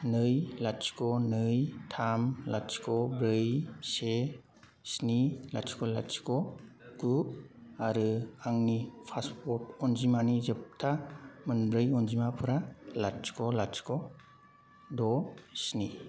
नै लाथिख' नै थाम लाथिख' ब्रै से स्नि लाथिख' लाथिख' गु आरो आंनि पासपर्ट अनजिमानि जोबथा मोनब्रै अनजिमाफोरा लाथिख' लाथिख' द' स्नि